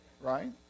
right